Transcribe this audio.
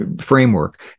framework